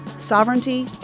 Sovereignty